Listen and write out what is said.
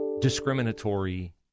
discriminatory